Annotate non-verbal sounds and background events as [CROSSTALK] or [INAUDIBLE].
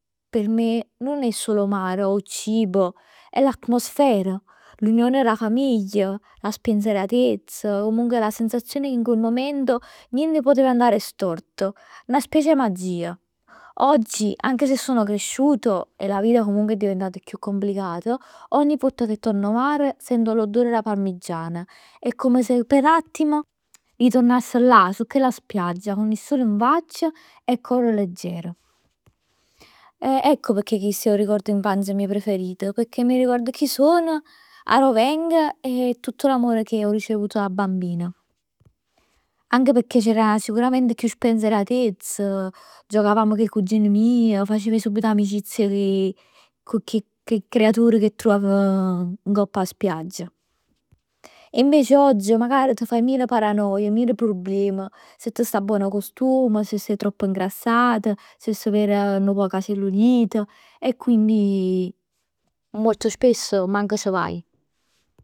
Per me nun è solo mare o cibo. È l'atmosfera, l'unione d' 'a famiglia. 'A spensieratezz. Comunque la sensazione che in quel momento niente poteva andare storto. 'Na specie 'e magia. Oggi anche se sono cresciuta e 'a vita è comunque diventat chiù complicat, ogni volta che vag 'o mare sent l'odore d' 'a parmigian. È come se p' n'attimo riturnass là su chella spiaggia. Con il sole in faccia e 'o core legger. Ecco pecchè chist è 'o ricord 'e infanzia mij preferit, pecchè mi ricordo chi sono, arò veng e tutto l'amore che ho ricevuto da bambin. Anche pecchè c'era sicurament chiù spensieratezz, giocavamo cu 'e cugin meje. Facevamo subito amicizia cu 'e creatur ca truvav ngopp 'a spiaggia. E invece oggi magari t' faje meno paranoie, meno prublem. Si t' sta buon 'o costume, si t' si ingrassat, si s' ver nu poc 'a cellulit. E quindi [HESITATION] molto spesso manc c' vaje.